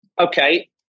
Okay